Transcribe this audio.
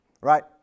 right